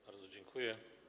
Bardzo dziękuję.